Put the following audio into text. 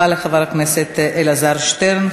תודה רבה לחבר הכנסת אלעזר שטרן.